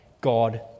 God